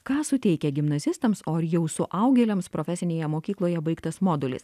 ką suteikia gimnazistams o ir jau suaugėliams profesinėje mokykloje baigtas modulis